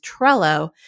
Trello